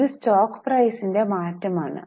ഇത് സ്റ്റോക്ക് പ്രൈസിന്റെ മാറ്റം ആണ്